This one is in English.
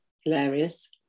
hilarious